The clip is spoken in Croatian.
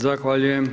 Zahvaljujem.